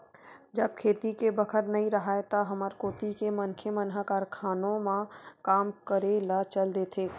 जब खेती के बखत नइ राहय त हमर कोती के मनखे मन ह कारखानों म काम करे ल चल देथे